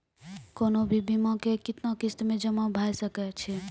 कोनो भी बीमा के कितना किस्त मे जमा भाय सके छै?